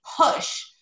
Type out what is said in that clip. push